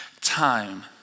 time